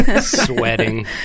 sweating